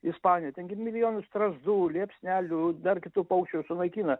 ispanija ten gi milijonai strazdų liepsnelių dar kitų paukščių sunaikina